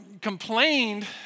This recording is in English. complained